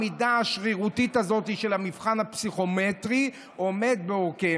העמידה השרירותית הזאת על המבחן הפסיכומטרי עומדת להם לרועץ.